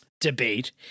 debate